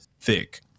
thick